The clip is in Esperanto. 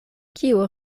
kiu